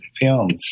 films